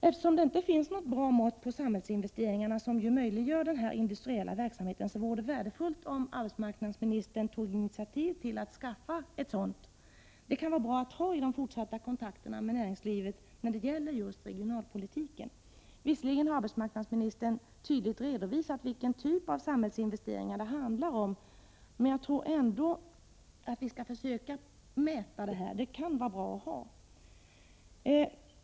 Eftersom det inte finns något bra mått på samhällsinvesteringarna, som ju möjliggör denna industriella verksamhet, vore det värdefullt om arbetsmarknadsministern tog initiativ till att skaffa ett sådant. Det kan vara bra att hai de fortsatta kontakterna med näringslivet när det gäller just regionalpolitiken. Visserligen har arbetsmarknadsministern tydligt redovisat vilken typ av samhällsinvesteringar det handlar om, men jag tror att detta skall mätas — det kan vara bra att ha ett sådant mått.